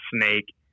snake